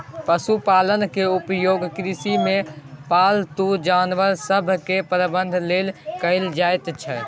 पशुपालनक उपयोग कृषिमे पालतू जानवर सभक प्रबंधन लेल कएल जाइत छै